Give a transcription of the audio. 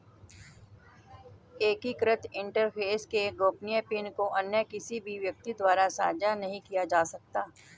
एकीकृत इंटरफ़ेस के गोपनीय पिन को अन्य किसी भी व्यक्ति द्वारा साझा नहीं किया जा सकता